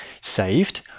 saved